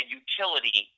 utility